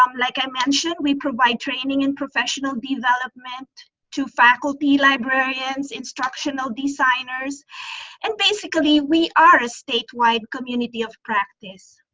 um like i mentioned, we provide training and professional development to faculty librarians, instructional designers and basically we are a statewide community of practice.